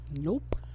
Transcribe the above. Nope